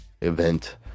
event